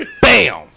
bam